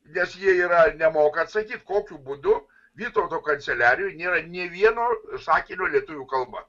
nes jie yra nemoka atsakyti kokiu būdu vytauto kanceliarijoj nėra nė vieno sakinio lietuvių kalba